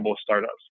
startups